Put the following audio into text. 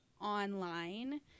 online